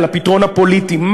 על הפתרון הפוליטי,